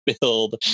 build